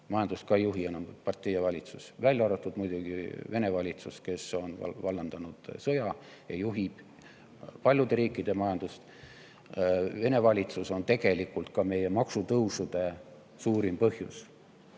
Majandust ei juhi ka enam partei ja valitsus, välja arvatud muidugi Vene valitsus, kes on vallandanud sõja ja juhib paljude riikide majandust. Vene valitsus on tegelikult ka meie maksutõusude suurim põhjus.